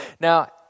Now